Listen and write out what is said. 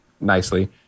nicely